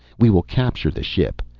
we will capture the ship.